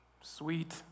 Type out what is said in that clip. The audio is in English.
sweet